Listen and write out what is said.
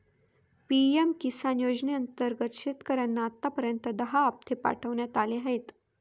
PM Kisan योजनेअंतर्गत शेतकऱ्यांना आतापर्यंत दहा हप्ते पाठवण्यात आले आहेत